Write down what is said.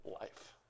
life